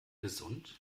gesund